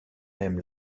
même